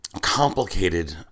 complicated